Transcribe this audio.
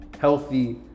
healthy